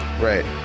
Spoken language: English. Right